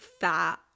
fat